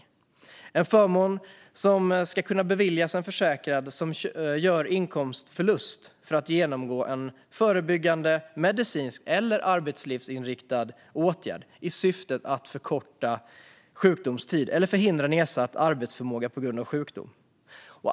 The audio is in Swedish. Det är en förmån som ska kunna beviljas en försäkrad som gör inkomstförlust för att genomgå en förebyggande medicinsk eller arbetslivsinriktad åtgärd i syfte att förkorta sjukdomstid eller förhindra nedsatt arbetsförmåga på grund av sjukdom.